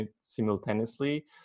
simultaneously